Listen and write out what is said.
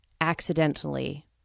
accidentally